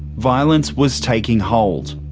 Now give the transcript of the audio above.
violence was taking hold,